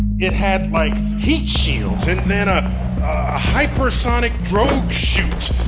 it had, like, heat shields and a hypersonic drogue chute.